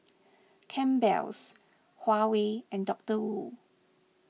Campbell's Huawei and Doctor Wu